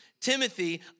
Timothy